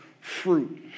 fruit